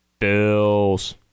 Bills